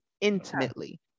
intimately